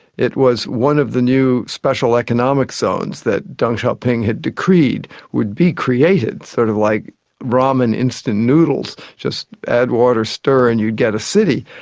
it was one of the new special economic zones that deng xiaoping had decreed would be created, sort of like ramen instant noodles, just add water, stir and you get a city.